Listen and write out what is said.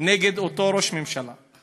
נגד אותו ראש ממשלה.